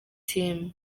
team